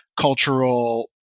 cultural